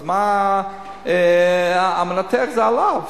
אז המנתח זה עליו,